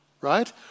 right